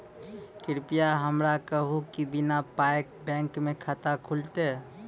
कृपया हमरा कहू कि बिना पायक बैंक मे खाता खुलतै?